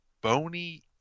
bony